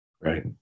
right